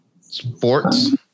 Sports